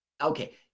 okay